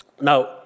Now